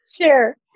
Sure